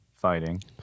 fighting